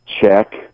check